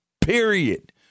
period